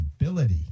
ability